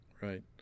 Right